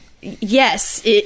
yes